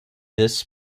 this